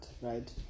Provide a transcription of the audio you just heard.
right